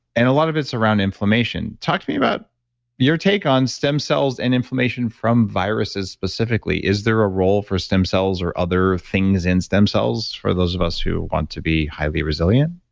and a lot of it's around inflammation. talk to me about your take on stem cells and inflammation from viruses specifically. is there a role for stem cells or other things in stem cells, for those of us who want to be highly resilient?